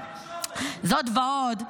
זאת ועוד,